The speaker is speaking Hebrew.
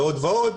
ועוד ועוד.